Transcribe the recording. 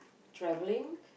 travelling